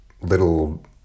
little